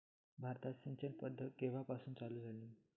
भारतात सिंचन पद्धत केवापासून चालू झाली?